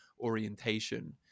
orientation